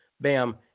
bam